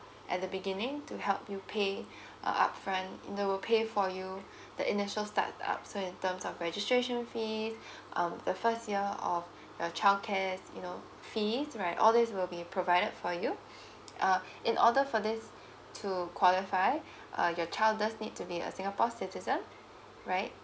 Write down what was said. at the beginning to help you pay uh upfront and they will pay for you the initial start up so in terms of registration fees um the first year or your child care you know fees right all these will be provided for you uh in order for this to qualify uh your child just need to be a singapore citizen right